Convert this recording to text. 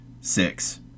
six